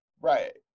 Right